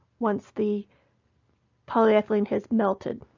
once the polyethylene has melted.